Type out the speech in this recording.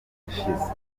ishize